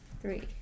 Three